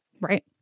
Right